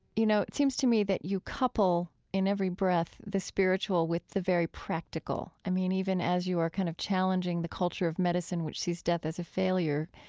you know, it seems to me that you couple in every breath the spiritual with the very practical. i mean, even as you are kind of challenging the culture of medicine, which sees death as a failure,